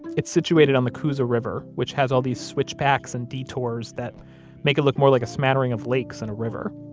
it's situated on the coosa river, which has all these switchbacks and detours that make it look more like a smattering of lakes than and a river.